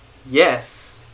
yes